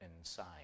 inside